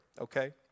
okay